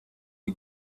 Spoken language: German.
die